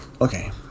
Okay